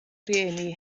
rhieni